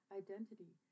identity